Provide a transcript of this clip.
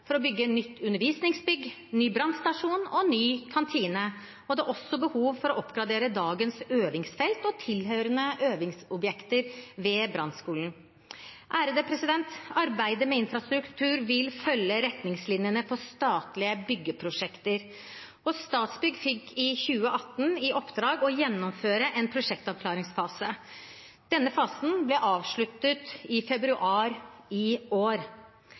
for å bygge nytt undervisningsbygg, ny brannstasjon og ny kantine. Det er også behov for å oppgradere dagens øvingsfelt og tilhørende øvingsobjekter ved brannskolen. Arbeidet med infrastruktur vil følge retningslinjene for statlige byggeprosjekter, og Statsbygg fikk i 2018 i oppdrag å gjennomføre en prosjektavklaringsfase. Denne fasen ble avsluttet i februar i år.